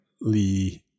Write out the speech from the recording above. lee